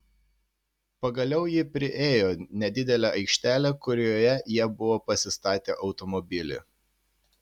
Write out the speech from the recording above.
pagaliau ji priėjo nedidelę aikštelę kurioje jie buvo pasistatę automobilį